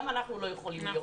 גם אנחנו לא יכולים להיות.